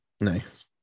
Nice